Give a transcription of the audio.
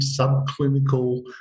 subclinical